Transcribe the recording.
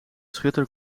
schutter